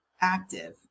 active